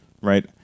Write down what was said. right